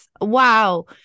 Wow